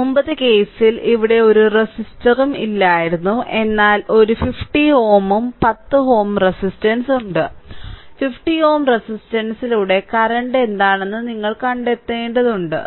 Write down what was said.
മുമ്പത്തെ കേസിൽ ഇവിടെ ഒരു റെസിസ്റ്ററും ഇല്ലായിരുന്നു എന്നാൽ ഒരു 50 Ω 10 Ω റെസിസ്റ്റൻസ് ഉണ്ട് 50 Ω റെസിസ്റ്റൻസിലൂടെ കറന്റ് എന്താണെന്ന് നിങ്ങൾ കണ്ടെത്തേണ്ടതുണ്ട്